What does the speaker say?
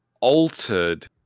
altered